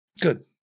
Good